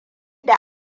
da